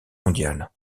mondiale